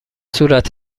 صورت